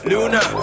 Luna